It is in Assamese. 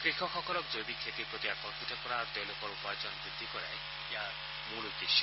কৃষকসকলক জৈৱিক খেতিৰ প্ৰতি আকৰ্ষিত কৰা আৰু তেওঁলোকৰ উপাৰ্জন বৃদ্ধি কৰাই ইয়াৰ মূল উদ্দেশ্য